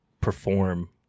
perform